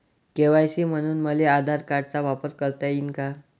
KYC म्हनून मले आधार कार्डाचा वापर करता येईन का?